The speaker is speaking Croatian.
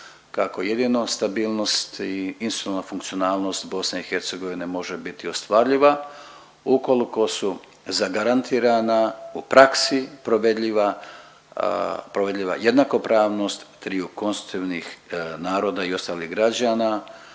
kako jedino stabilnost i institucionalna funkcionalnost BiH može biti ostvarljiva ukoliko su zagarantirana, u praksi provedljiva, provedljiva jednakopravnost triju konstitutivnih naroda i ostalih građana,